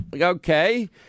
Okay